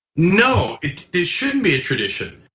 no, it it shouldn't be a tradition.